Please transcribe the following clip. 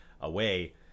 away